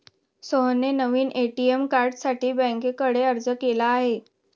सोहनने नवीन ए.टी.एम कार्डसाठी बँकेकडे अर्ज केला आहे